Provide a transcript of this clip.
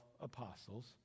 apostles